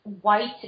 white